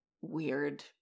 weird